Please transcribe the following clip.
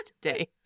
today